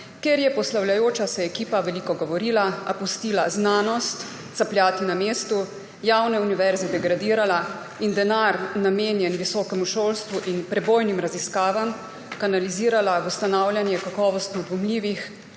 kjer je poslavljajoča se ekipa veliko govorila, a pustila znanost capljati na mestu, javne univerze degradirala in denar, namenjen visokemu šolstvu in prebojnim raziskavam, kanalizirala v ustanavljanje kakovostno dvomljivih